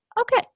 okay